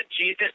Jesus